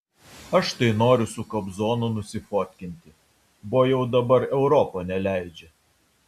aš tai noriu su kobzonu nusifotkinti bo jau dabar europa neleidžia